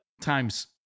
times